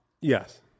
Yes